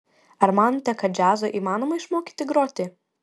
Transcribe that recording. ar manote kad džiazo įmanoma išmokyti groti